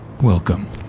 Welcome